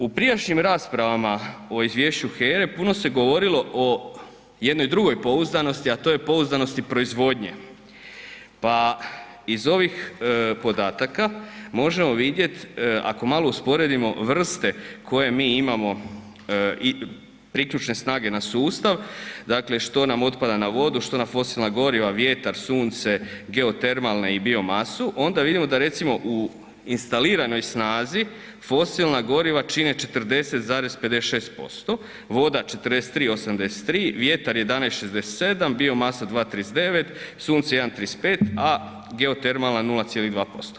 U prijašnjim raspravama o izvješću HERA-e puno se govorilo o jednoj drugoj pouzdanosti, a to je pouzdanosti proizvodnje, pa iz ovih podataka možemo vidjet, ako malo usporedimo, vrste koje mi imamo i priključne snage na sustav, dakle što nam otpada na vodu, što na fosilna goriva, vjetar, sunce, geotermalne i biomasu onda vidimo da recimo u instaliranoj snazi fosilna goriva čine 40,56%, voda 43,83%, vjetar 11,67%, biomasa 2,39, sunce 1,35, a geotermalna 0,2%